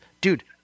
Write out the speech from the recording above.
dude